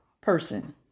person